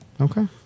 Okay